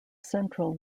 central